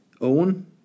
Owen